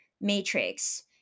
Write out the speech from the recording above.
matrix